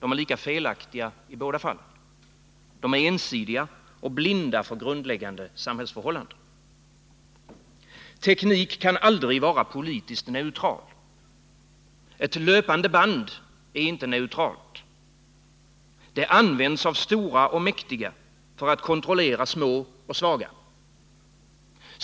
De är lika felaktiga i båda fallen. De är ensidiga och blinda för grundläggande samhällsförhållanden. Teknik kan aldrig vara politiskt neutral. Ett löpande band är inte neutralt. Det används av stora och mäktiga för att kontrollera små och svaga.